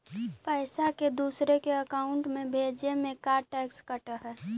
पैसा के दूसरे के अकाउंट में भेजें में का टैक्स कट है?